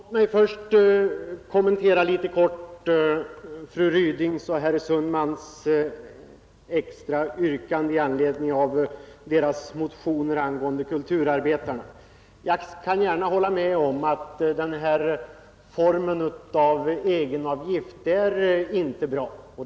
Fru talman! Låt mig först kort kommentera det av fru Ryding och herr Sundman under överläggningen framställda yrkandet i anledning av deras motioner angående kulturarbetarna. Jag kan gärna hålla med om att den här formen av egenavgift inte är bra.